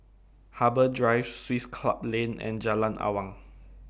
Harbour Drive Swiss Club Lane and Jalan Awang